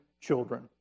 children